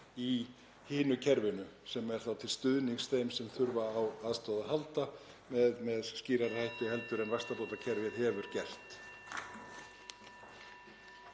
í hinu kerfinu sem er til stuðnings þeim sem þurfa á aðstoð að halda, með skýrari hætti heldur en vaxtabótakerfið hefur gert.